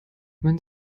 wenn